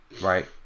Right